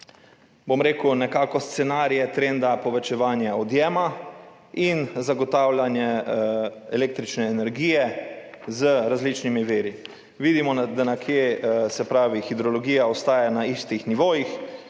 bom rekel, scenarije trenda povečevanja odjema in zagotavljanja električne energije z različnimi viri. Vidimo, da nekje hidrologija ostaja na istih nivojih,